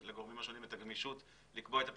לגורמים השונים את הגמישות לקבוע את הפתרון,